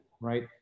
right